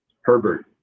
Herbert